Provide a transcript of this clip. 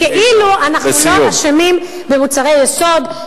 וכאילו אנחנו לא אשמים במוצרי יסוד,